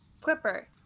Clipper